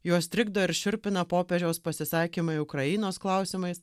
juos trikdo ir šiurpina popiežiaus pasisakymai ukrainos klausimais